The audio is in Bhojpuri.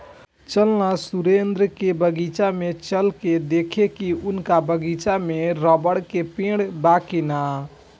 चल ना सुरेंद्र के बगीचा में चल के देखेके की उनका बगीचा में रबड़ के पेड़ बा की ना